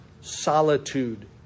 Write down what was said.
solitude